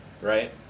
right